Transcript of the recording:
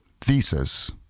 thesis